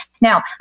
Now